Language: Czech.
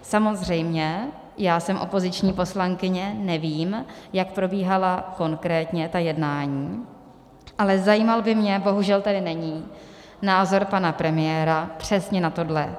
Samozřejmě já jsem opoziční poslankyně, nevím, jak probíhala konkrétně ta jednání, ale zajímal by mě bohužel tady není názor pana premiéra přesně na tohle.